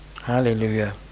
Hallelujah